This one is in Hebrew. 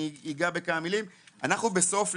אנחנו בסוף,